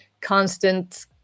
constant